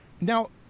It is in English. Now